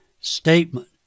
statement